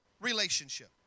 relationship